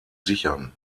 sichern